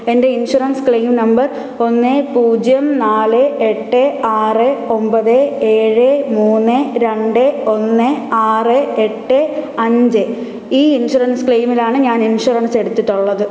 എന്റെ insurance claim number ഒന്ന് പൂജ്യം നാല് എട്ട് ആറ് ഒമ്പത് ഏഴ് മൂന്ന് രണ്ട് ഒന്ന് ആറ് എട്ട് അഞ്ച് ഈ ഇൻഷുറൻസ് ക്ലെയിമിലാണ് ഞാൻ ഇൻഷുറൻസ് എടുത്തിട്ടുള്ളത്